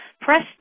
Press